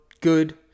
good